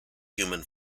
human